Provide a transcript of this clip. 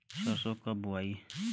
सरसो कब बोआई?